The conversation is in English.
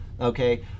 Okay